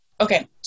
Okay